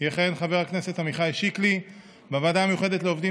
בוועדת החינוך,